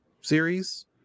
series